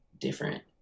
different